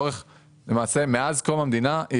מאז קום המדינה,